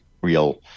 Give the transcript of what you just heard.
real